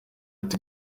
ati